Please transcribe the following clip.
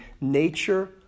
nature